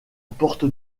porte